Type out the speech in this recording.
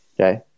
okay